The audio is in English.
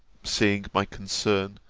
seeing my concern,